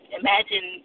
imagine